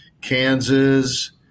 Kansas